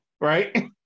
right